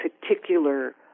particular